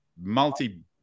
multi